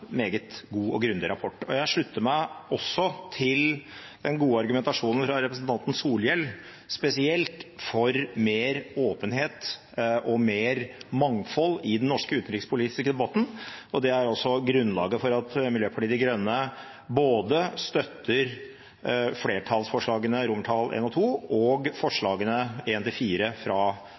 meget god og grundig rapport. Jeg slutter meg også til den gode argumentasjonen fra representanten Solhjell spesielt for mer åpenhet og mer mangfold i den norske utenrikspolitiske debatten. Det er også grunnlaget for at Miljøpartiet De Grønne både støtter flertallsforslagene, I og II, og forslagene nr. 1–4, fra